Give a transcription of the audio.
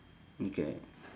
okay